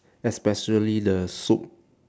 especially the soup